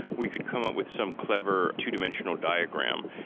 we could come up with some clever two-dimensional diagram.